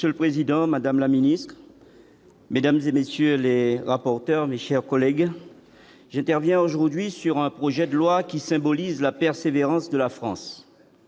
Monsieur le Président, Madame la Ministre. Mesdames et messieurs les rapporteurs, mes chers collègues, j'interviens aujourd'hui sur un projet de loi qui symbolise la persévérance de la France,